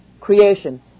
Creation